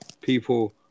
people